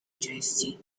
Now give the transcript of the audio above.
gesti